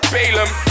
Balaam